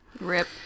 rip